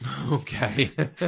Okay